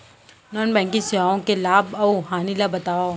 non banking सेवाओं के लाभ अऊ हानि ला बतावव